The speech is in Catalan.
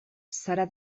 serà